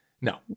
No